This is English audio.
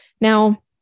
Now